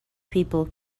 people